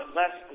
less